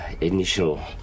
initial